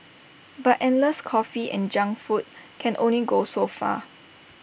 but endless coffee and junk food can only go so far